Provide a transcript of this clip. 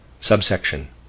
Subsection